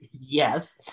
yes